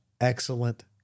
excellent